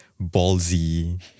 ballsy